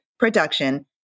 production